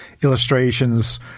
illustrations